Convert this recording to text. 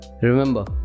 Remember